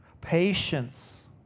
patience